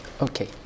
Okay